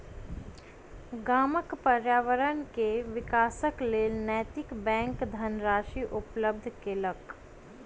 गामक पर्यावरण के विकासक लेल नैतिक बैंक धनराशि उपलब्ध केलक